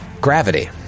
Gravity